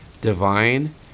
divine